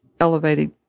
elevated